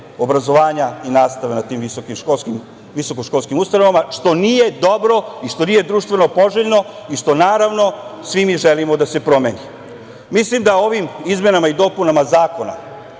obrazovanja i nastava na tim visokoškolskim ustanovama, što nije dobro i što nije društveno poželjno i što, naravno, svi mi želimo da se promeni. Mislim da ovim izmenama i dopunama Zakona,